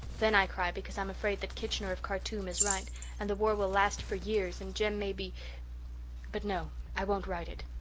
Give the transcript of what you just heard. then i cry because i am afraid that kitchener of khartoum is right and the war will last for years and jem may be but no, i won't write it.